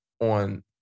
on